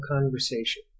conversation